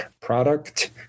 product